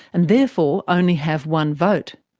and therefore only have one vote.